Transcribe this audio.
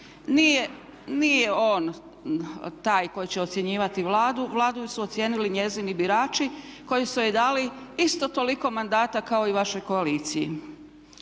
Nije on taj koji će ocjenjivati Vladu. Vladu su ocijenili njezini birači koji su joj dali isto toliko mandata kao i vašoj koaliciji.